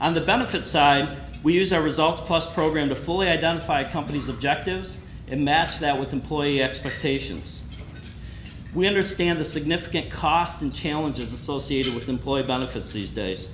on the benefits side we use our results plus program to fully identify companies objectives and match that with employee expectations we understand the significant cost and challenges associated with employee benefits these days